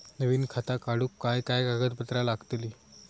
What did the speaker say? नवीन खाता काढूक काय काय कागदपत्रा लागतली?